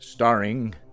Starring